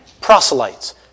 proselytes